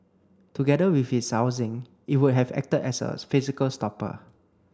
together with its housing it would have acted as a physical stopper